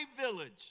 village